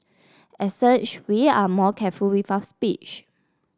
as such we are more careful with our speech